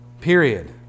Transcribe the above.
period